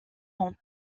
ont